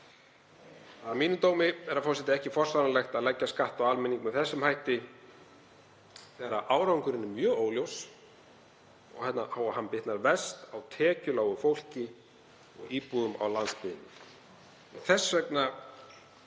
Að mínum dómi, herra forseti, er ekki forsvaranlegt að leggja skatt á almenning með þessum hætti þegar árangurinn er mjög óljós og hann bitnar verst á tekjulágu fólki og íbúum á landsbyggðinni.